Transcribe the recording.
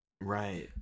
right